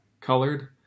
colored